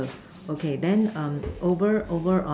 okay then um over over on